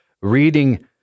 reading